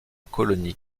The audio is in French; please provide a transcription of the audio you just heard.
colonie